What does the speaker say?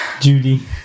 Judy